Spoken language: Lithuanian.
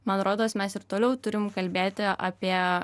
man rodos mes ir toliau turim kalbėti apie